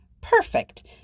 Perfect